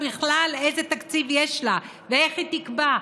בכלל איזה תקציב יש לה ואיך היא תקבע,